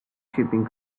shipping